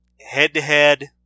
head-to-head